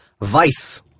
Vice